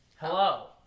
hello